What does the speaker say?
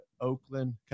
Oakland